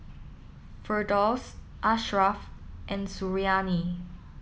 Firdaus Ashraf and Suriani